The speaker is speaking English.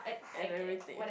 and everything